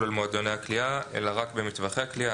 על מועדוני הקליעה אלא רק במטווחי הקליעה.